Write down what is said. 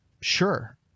Sure